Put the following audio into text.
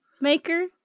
maker